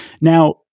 Now